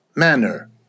manner